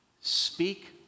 speak